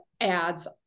ads